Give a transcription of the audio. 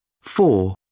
Four